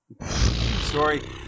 Sorry